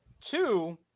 Two